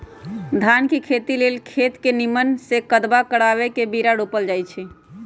धान के खेती लेल खेत के निम्मन से कदबा करबा के बीरा रोपल जाई छइ